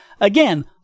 Again